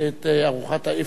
את ארוחת האפטאר.